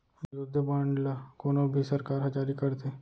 युद्ध बांड ल कोनो भी सरकार ह जारी करथे